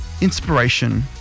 inspiration